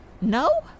No